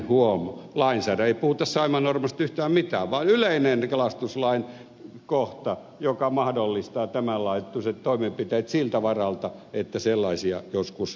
lainsäädäntö ei puhuta saimaannorpasta yhtään mitään yleinen kalastuslain kohta joka mahdollistaa tämän laatuiset toimenpiteet siltä varalta että sellaisia joskus tarvittaisiin